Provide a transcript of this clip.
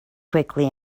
quickly